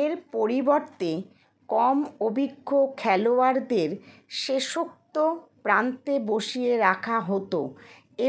এর পরিবর্তে কম অভিজ্ঞ খেলোয়াড়দের শেষোক্ত প্রান্তে বসিয়ে রাখা হতো